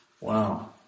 Wow